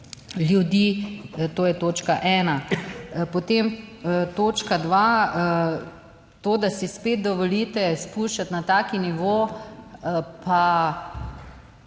to je točka ena. Potem točka dva, to, da si spet dovolite spuščati na tak nivo, pa